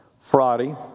Friday